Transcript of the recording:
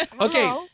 Okay